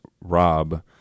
Rob